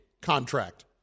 contract